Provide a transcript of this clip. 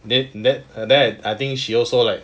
then then then I think she also like